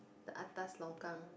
the atas longkang